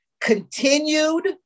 continued